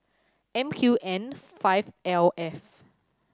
M Q N five L F